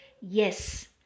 Yes